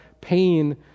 pain